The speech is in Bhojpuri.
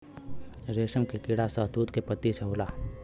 रेशम के कीड़ा शहतूत के पत्ती पे होला